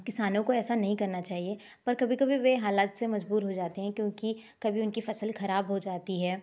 किसानों को ऐसा नही करना चाहिए पर कभी कभी वे हालात से मजबूर हो जाते हैं क्योंकि कभी उनकी फ़सल खराब हो जाती है